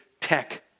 tech